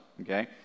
okay